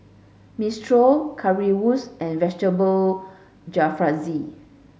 Minestrone Currywurst and Vegetable Jalfrezi